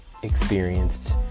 Experienced